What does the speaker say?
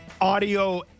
Audio